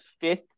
fifth